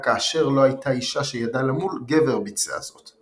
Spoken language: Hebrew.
רק כאשר לא הייתה אישה שידעה למול גבר ביצע זאת.